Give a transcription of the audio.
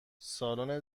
سالن